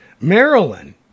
Maryland